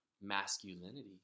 masculinity